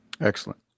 Excellent